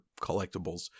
collectibles